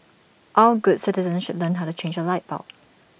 all good citizens should learn how to change A light bulb